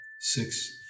six